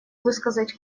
высказать